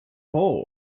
hole